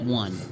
one